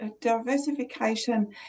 diversification